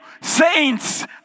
saints